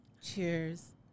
cheers